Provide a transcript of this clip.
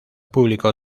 público